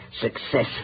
success